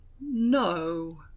No